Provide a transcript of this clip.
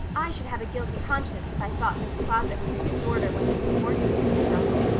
i should have a guilty conscience if i thought this closet was in disorder when mrs. morgan was in the house.